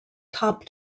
top